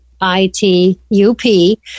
I-T-U-P